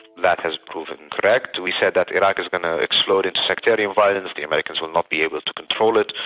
that has proven correct, we said that iraq is going to explode its sectarian violence, the americans will not be able to control it,